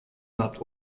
not